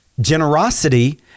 Generosity